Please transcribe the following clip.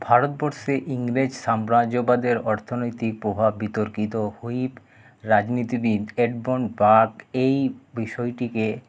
ভারতবর্ষে ইংরেজ সাম্রাজ্যবাদের অর্থনৈতিক প্রভাব বিতর্কিত হয়ে রাজনীতিবিদ এডবর্ন বার্গ এই বিষয়টিকে